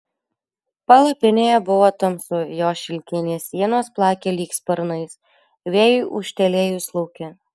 palapinėje buvo tamsu jos šilkinės sienos plakė lyg sparnais vėjui ūžtelėjus lauke